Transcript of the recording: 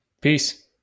Peace